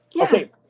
Okay